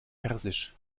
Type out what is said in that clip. persisch